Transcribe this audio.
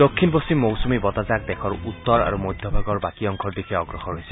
দক্ষিণ পশ্চিম মৌচুমী বতাহজাক দেশৰ উত্তৰ আৰু মধ্য ভাগৰ বাকী অংশৰ দিশে অগ্ৰসৰ হৈছে